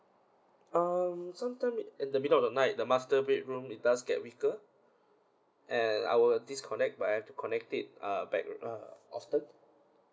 um sometime at the middle of the night the master bedroom it does get weaker and I will disconnect but I have to connect it uh back lah often